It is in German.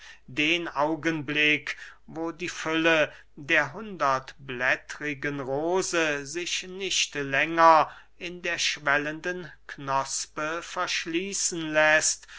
den augenblick wo die fülle der hundertblättrigen rose sich nicht länger in der schwellenden knospe verschließen läßt